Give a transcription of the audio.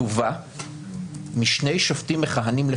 כתובה לפחות משני שופטים מכהנים.